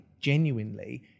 genuinely